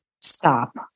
Stop